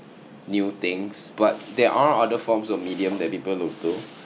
new things but there are other forms of medium that people look to